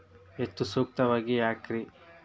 ಹೆಚ್ಚು ಸೂಕ್ತವಾಗಿದೆ ಯಾಕ್ರಿ?